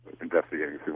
investigating